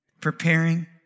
preparing